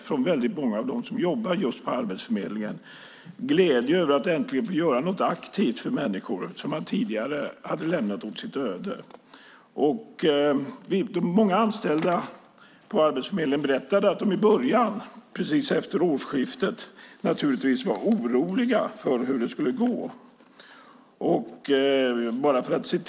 Från väldigt många av dem som jobbar på Arbetsförmedlingen fick vi en bild av engagemang och glädje - en glädje över att äntligen aktivt få göra något för människor som tidigare lämnats åt sitt öde. Många anställda på Arbetsförmedlingen berättade att de i början, precis efter årsskiftet, givetvis var oroliga för hur det skulle gå.